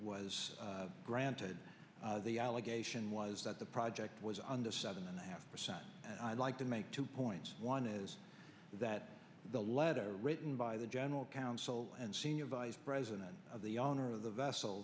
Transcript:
was granted the allegation was that the project was under seven and a half and i'd like to make two points one is that the letter written by the general counsel and senior vice president of the owner of the vessel